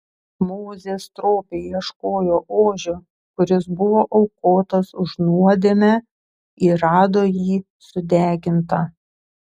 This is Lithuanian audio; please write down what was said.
mozė stropiai ieškojo ožio kuris buvo aukotas už nuodėmę ir rado jį sudegintą